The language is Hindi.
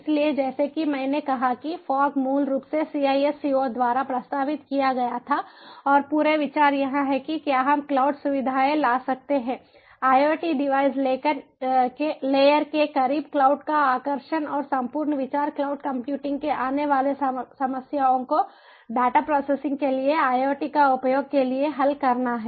इसलिए जैसा कि मैंने कहा कि फॉग मूल रूप से CISCO द्वारा प्रस्तावित किया गया था और पूरे विचार यह है कि क्या हम क्लाउड सुविधाएं ला सकते हैं IoT डिवाइस लेयर के करीब क्लाउड का आकर्षण और संपूर्ण विचार क्लाउड कंप्यूटिंग के आने वाली समस्याओं को डेटा प्रोसेसिंग के लिए IoT का उपयोग के लिए हल करना है